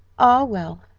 ah, well!